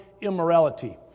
immorality